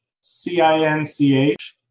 C-I-N-C-H